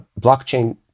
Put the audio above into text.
blockchain